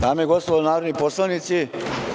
Dame i gospodo narodni poslanici,